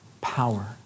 power